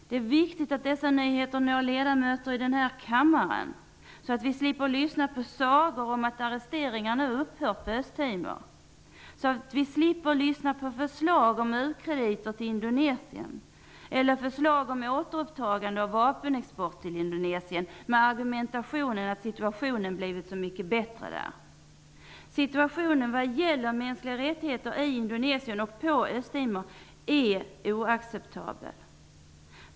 Det är viktigt att dessa nyheter når ledamöter i denna kammare, så att vi slipper lyssna på sagor om att arresteringar nu upphört på Östtimor, så att vi slipper lyssna till förslag om ukrediter till Indonesien eller om återupptagande av vapenexport till Indonesien med argumenteringen att situationen blivit så mycket bättre där. Indonesien och på Östtimor är oacceptabel.